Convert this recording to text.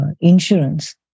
insurance